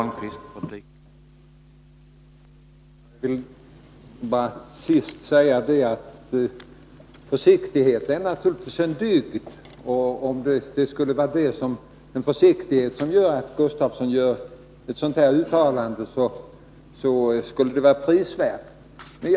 Herr talman! Försiktighet är naturligtvis en dygd. Om det vore av försiktighet som Torsten Gustafsson gjorde ett sådant här uttalande skulle det vara prisvärt.